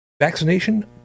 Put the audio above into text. vaccination